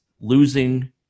losing